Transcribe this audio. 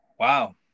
Wow